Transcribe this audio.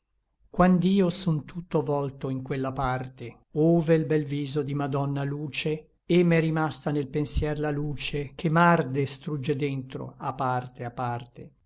svelle quand'io son tutto vòlto in quella parte ove l bel viso di madonna luce et m'è rimasa nel pensier la luce che m'arde et strugge dentro a parte a parte